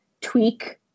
tweak